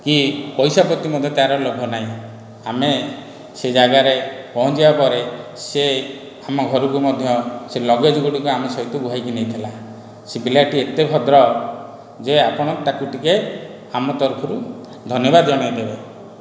କି ପଇସା ପ୍ରତି ମଧ୍ୟ ତା'ର ଲୋଭ ନାହିଁ ଆମେ ସେ ଯାଗାରେ ପହଞ୍ଚିବା ପରେ ସେ ଆମ ଘରକୁ ମଧ୍ୟ ସେ ଲଗେଜ୍ ଗୁଡ଼ିକ ଆମ ସହିତ ବୁହାଇକି ନେଇଥିଲା ସେ ପିଲାଟି ଏତେ ଭଦ୍ର ଯେ ଆପଣ ତାକୁ ଟିକେ ଆମ ତରଫରୁ ଧନ୍ୟବାଦ ଜଣାଇ ଦେବେ